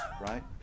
right